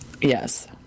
Yes